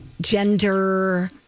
gender